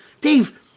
Dave